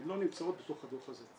הן לא נמצאות בדוח הזה.